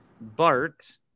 BART